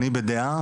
אני בדעה,